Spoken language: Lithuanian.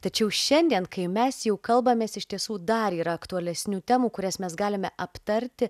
tačiau šiandien kai mes jau kalbamės iš tiesų dar yra aktualesnių temų kurias mes galime aptarti